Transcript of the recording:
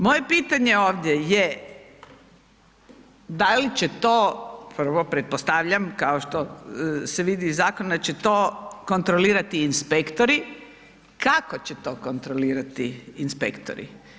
Moje pitanje ovdje je, da li će to, prvo, pretpostavljam, kao što se vidi iz zakona, da će to kontrolirati inspektori, kako će to kontrolirati inspektori?